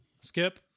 Skip